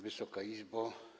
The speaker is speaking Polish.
Wysoka Izbo!